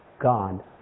God